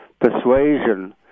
persuasion